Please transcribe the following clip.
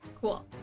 cool